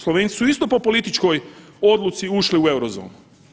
Slovenci su isto po političkoj odluci ušli u Eurozonu.